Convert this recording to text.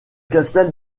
castel